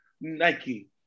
Nike